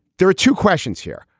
there are two questions here.